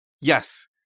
yes